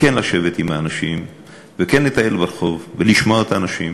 וכן לשבת עם האנשים וכן לטייל ברחוב ולשמוע את האנשים